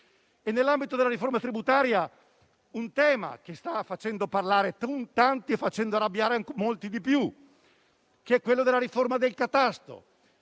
Nell'ambito della riforma tributaria, un tema che sta facendo parlare tanti e arrabbiare molti è la riforma del catasto.